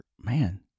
Man